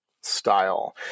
style